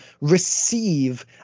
receive